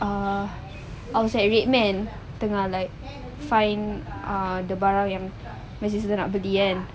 (uh)I was like redman tengah like find uh the barang yang masih saya nak beli kan